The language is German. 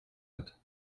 hat